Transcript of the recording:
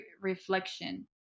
reflection